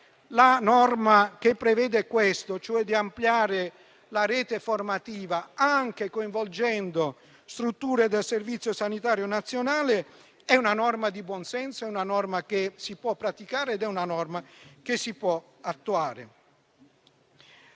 la norma che prevede questo, cioè di ampliare la rete formativa, coinvolgendo anche strutture del Servizio sanitario nazionale, è una norma di buonsenso, che si può praticare e che si può attuare.